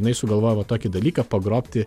jinai sugalvojo va tokį dalyką pagrobti